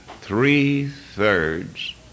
three-thirds